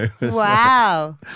Wow